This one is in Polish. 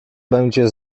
będzie